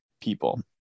people